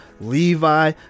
Levi